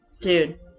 dude